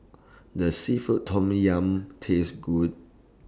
Does Seafood Tom Yum Taste Good